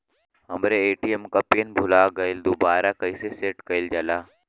हमरे ए.टी.एम क पिन भूला गईलह दुबारा कईसे सेट कइलजाला?